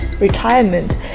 retirement